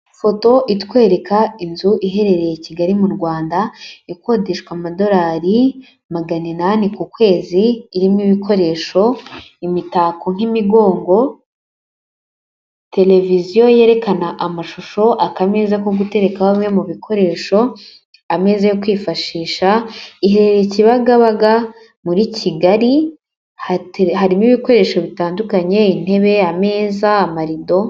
Ifoto itwereka inzu iherereye Kigali mu Rwanda ikodeshwa amadolari magana inani ku kwezi, irimo ibikoresho, imitako nk'imigongo, televiziyo yerekana amashusho, akameza ko gutereka ho bimwe mu bikoresho, ameze yo kwifashisha. Iherereye Kibagabaga muri Kigali, harimo ibikoresho bitandukanye intebe ame marido.